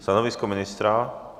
Stanovisko ministra?